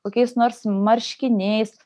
kokiais nors marškiniais